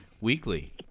weekly